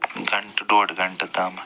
گنٛٹہٕ ڈۄڈ گنٛٹہٕ تامتھ